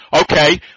okay